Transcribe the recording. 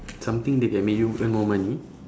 something that can make you earn more money